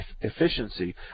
efficiency